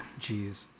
Jeez